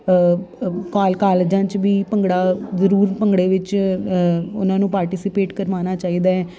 ਕਾਲ ਕਾਲਜਾਂ 'ਚ ਵੀ ਭੰਗੜਾ ਜ਼ਰੂਰ ਭੰਗੜੇ ਵਿੱਚ ਉਹਨਾਂ ਨੂੰ ਪਾਰਟੀਸੀਪੇਟ ਕਰਵਾਉਣਾ ਚਾਹੀਦਾ ਹੈ